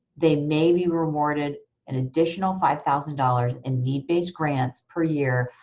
they may be rewarded an additional five thousand dollars in need-based grants per year,